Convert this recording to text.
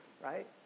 right